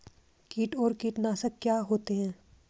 कीट और कीटनाशक क्या होते हैं?